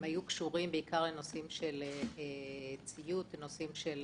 המקרים היו קשורים לנושאים של ציוד, לנושאים של